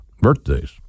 birthdays